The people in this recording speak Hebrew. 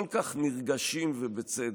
כל כך נרגשים, ובצדק.